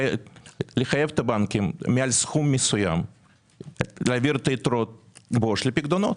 לחייב את הבנקים מעל סכום מסוים להעביר את היתרות עו"ש לפקדונות.